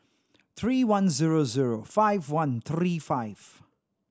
three one zero zero five one three five